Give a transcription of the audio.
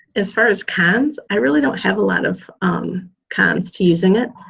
as far as cons, i really don't have a lot of cons to using it.